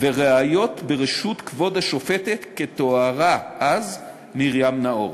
וראיות בראשות כבוד השופטת, כתוארה אז, מרים נאור.